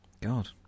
God